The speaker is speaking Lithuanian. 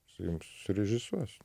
jisai jums surežisuos